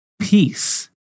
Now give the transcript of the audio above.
peace